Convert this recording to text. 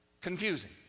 confusing